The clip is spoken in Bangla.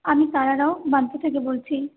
আমি সারা রাও থেকে বলছি